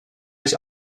beş